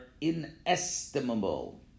inestimable